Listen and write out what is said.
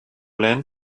lehen